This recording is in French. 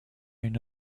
une